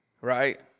right